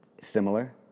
Similar